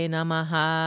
Namaha